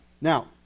Now